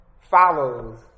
follows